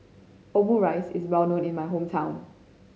Omurice is well known in my hometown